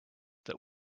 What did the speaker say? that